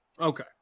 Okay